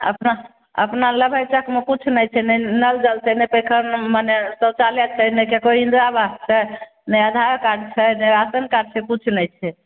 अपना अपना लभै तकमे किछ नहि छै नहि नल जल छै नहि पैखाना माने शौचालय छै नहि कोइ इन्दिरा आवास छै नहि आधार कार्ड छै नहि रासन कार्ड छै किछु नहि छै